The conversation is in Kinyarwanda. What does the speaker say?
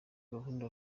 gahunda